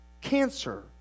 cancer